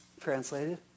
translated